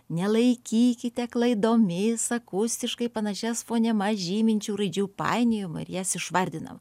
nelaikykite klaidomis akustiškai panašias fonemas žyminčių raidžių painiojama ir jas išvardinam